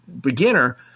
beginner